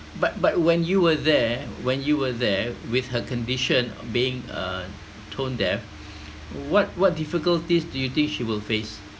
but but when you were there when you were there with her condition being uh tone deaf what what difficulties do you think she will face